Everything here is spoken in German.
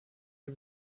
wir